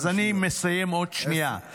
אז אני מסיים עוד שנייה.